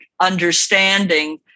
understanding